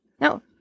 No